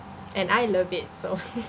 and I love it so